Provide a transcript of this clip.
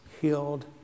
healed